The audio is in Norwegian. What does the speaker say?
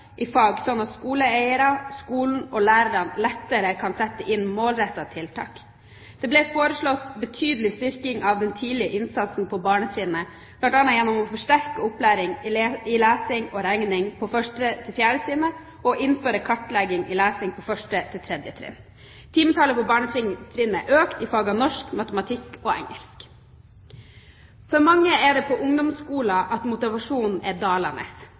i fag slik at skoleeiere, skolen og lærerne lettere kunne sette inn målrettede tiltak. Det ble foreslått en betydelig styrking av den tidlige innsatsen på barnetrinnet, bl.a. gjennom å forsterke opplæringen i lesing og regning på 1.–4. trinn og å innføre kartlegging av lesing på 1.–3. trinn. Timetallet på barnetrinnet er økt i fagene norsk, matematikk og engelsk. For mange er det på ungdomsskolen motivasjonen er